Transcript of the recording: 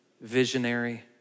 Visionary